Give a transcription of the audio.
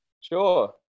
Sure